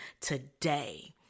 today